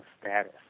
status